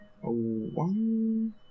One